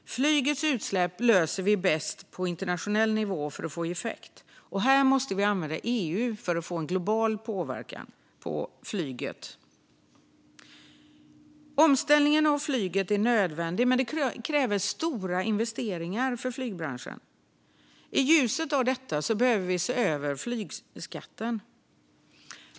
Flygets utsläpp hanterar vi bäst på internationell nivå för att få effekt, och här måste vi använda EU för att få global påverkan på flyget. Omställningen av flyget är nödvändig men kräver stora investeringar av flygbranschen. I ljuset av detta behöver vi se över flygskatten.